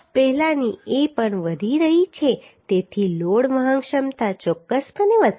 પહેલાની A પણ વધી રહી છે તેથી લોડ વહન ક્ષમતા ચોક્કસપણે વધશે